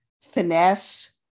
finesse